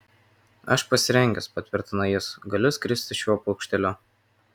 aš pasirengęs patvirtino jis galiu skristi šiuo paukšteliu